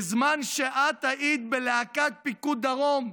בזמן שאת היית בלהקת פיקוד דרום,